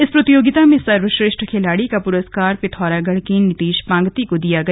इस प्रतियोगिता में सर्वश्रेष्ठ खिलाड़ी का पुरस्कार पिथौरागढ़ के नितेश पांगती को दिया गया